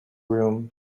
room